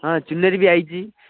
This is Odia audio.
ହଁ ଚୁନରି ବି ଆସିଛି